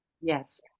Yes